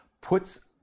puts